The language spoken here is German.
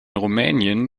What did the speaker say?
rumänien